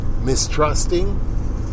mistrusting